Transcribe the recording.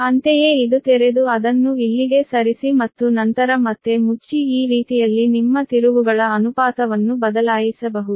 ಅಂತೆಯೇ ಇದು ತೆರೆದು ಅದನ್ನು ಇಲ್ಲಿಗೆ ಸರಿಸಿ ಮತ್ತು ನಂತರ ಮತ್ತೆ ಮುಚ್ಚಿ ಈ ರೀತಿಯಲ್ಲಿ ನಿಮ್ಮ ತಿರುವುಗಳ ಅನುಪಾತವನ್ನು ಬದಲಾಯಿಸಬಹುದು